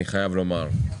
אני חייב לומר,